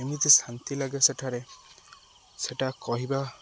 ଏମିତି ଶାନ୍ତି ଲାଗେ ସେଠାରେ ସେଟା କହିବା